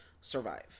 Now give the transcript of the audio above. survive